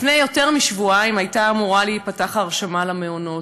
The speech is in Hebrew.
לפני יותר משבועיים הייתה אמורה להיפתח ההרשמה למעונות.